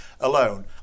alone